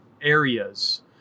areas